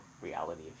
reality